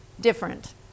different